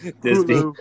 Disney